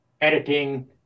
editing